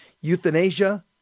euthanasia